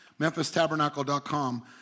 memphistabernacle.com